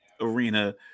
Arena